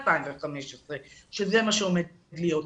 שזה מה שעומד להיות.